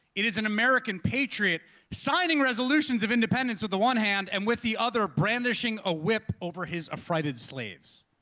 it is an american patriot signing resolutions of independence with the one hand, and with the other, brandishing a whip over his affrighted slaves.